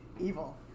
Evil